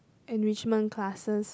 enrichment classes